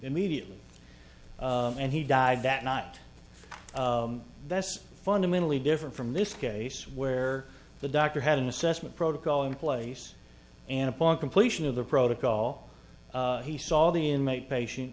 immediately and he died that night that's fundamentally different from this case where the doctor had an assessment protocol in place and upon completion of the protocol he saw the inmate patient